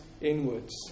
inwards